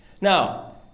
now